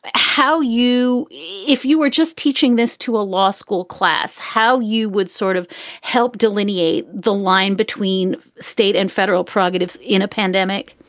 ah how you you if you were just teaching this to a law school class, how you would sort of help delineate the line between state and federal perogative in a pandemic?